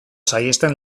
saihesten